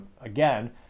again